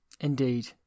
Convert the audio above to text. Indeed